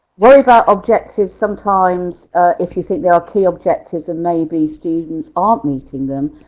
worry about objectives sometimes if you think there are key objectives and maybe students aren't meeting them.